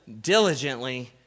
diligently